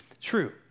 true